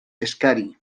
eskari